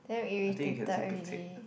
I think you can say pek-chek